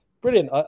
Brilliant